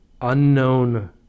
unknown